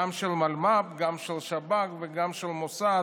גם של מלמ"ב, גם של שב"כ וגם של המוסד.